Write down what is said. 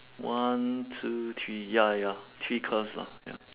one two three ya ya ya three curves lah ya